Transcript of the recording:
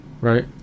Right